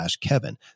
kevin